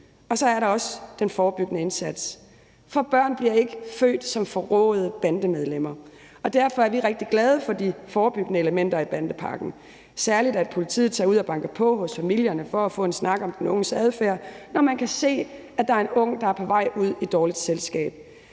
Så er der også den forebyggende indsats. For børn bliver ikke født som forråede bandemedlemmer, og derfor er vi rigtig glade for de forebyggende elementer i bandepakken. Det gælder særlig, at politiet tager ud og banker på hos familierne for at få en snak om den unges adfærd, når man kan se, at der er en ung, der er på vej ud i dårligt selskab.